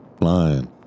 flying